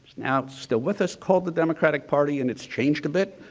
now, it's still with us, called the democratic party, and it's changed a bit.